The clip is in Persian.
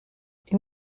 این